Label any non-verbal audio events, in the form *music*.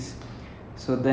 *noise* mm